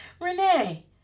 Renee